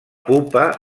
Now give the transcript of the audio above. pupa